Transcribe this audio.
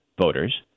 voters